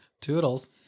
Toodles